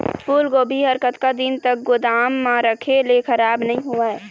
फूलगोभी हर कतका दिन तक गोदाम म रखे ले खराब नई होय?